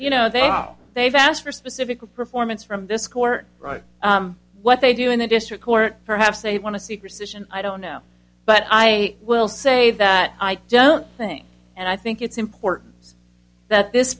you know they all they've asked for specific performance from this court right what they do in a district court perhaps they want to superstition i don't know but i will say that i don't think and i think it's important that this